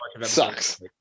sucks